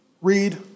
read